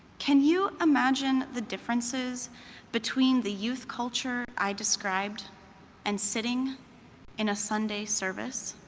can you imagine the differences between the youth culture i described and sitting in a sunday service?